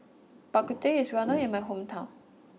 Bak Ku Teh is well known in my hometown